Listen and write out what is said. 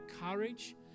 courage